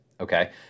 Okay